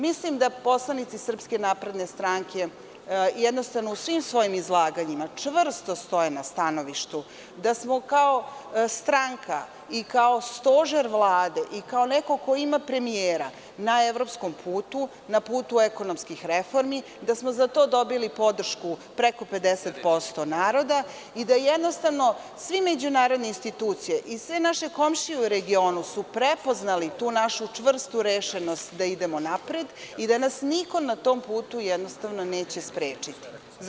Mislim da poslanici Srpske napredne stranke jednostavno u svim svojim izlaganjima čvrsto stoje na stanovištu, da smo kao stranka, i kao stožer Vlade, i kao neko ko ima premijera na evropskom putu, na putu ekonomskih reformi, da smo za to dobili podršku preko 50% naroda i da jednostavno svi međunarodne institucije i sve nađe komšije u regionu su prepoznali tu našu čvrstu rešenost da idemo napred i da nas niko na tom putu jednostavno neće sprečiti.